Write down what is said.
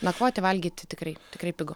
nakvoti valgyti tikrai tikrai pigu